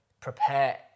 prepare